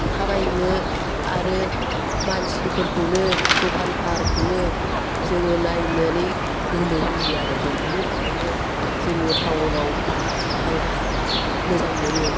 थाबायनो आरो मानसिफोरखौनो दखान फाहारखौनो जोङो नायनानै गोमोबोयो आरो जों बिनि थाखायनो जोङो टाउनाव थांब्ला मोजां मोनो